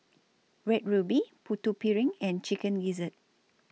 Red Ruby Putu Piring and Chicken Gizzard